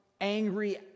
angry